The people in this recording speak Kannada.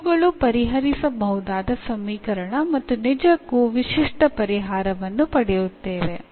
ಇವುಗಳು ಪರಿಹರಿಸಬಹುದಾದ ಸಮೀಕರಣ ಮತ್ತು ನಿಜಕ್ಕೂ ವಿಶಿಷ್ಟ ಪರಿಹಾರವನ್ನು ಪಡೆಯುತ್ತವೆ